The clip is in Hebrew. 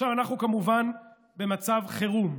עכשיו אנחנו כמובן במצב חירום.